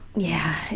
yeah.